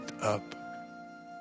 up